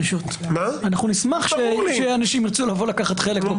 נשמח שאנשים ירצו לקחת חלק.